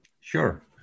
Sure